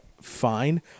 fine